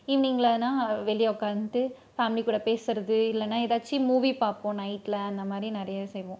ஈவினிங்லனால் வெளியே உட்காந்துட்டு ஃபேமிலி கூட பேசுறது இல்லைனா ஏதாச்சும் மூவி பார்ப்போம் நைட்டில் அந்த மாதிரி நிறைய செய்வோம்